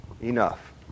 enough